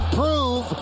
prove